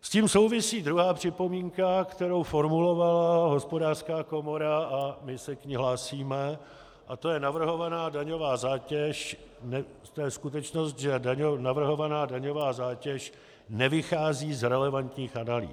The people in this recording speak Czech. S tím souvisí druhá připomínka, kterou formulovala Hospodářská komora, a my se k ní hlásíme, a to je navrhovaná daňová zátěž, to je skutečnost, že navrhovaná daňová zátěž nevychází z relevantních analýz.